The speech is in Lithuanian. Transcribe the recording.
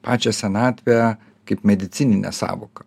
pačią senatvę kaip medicininę sąvoką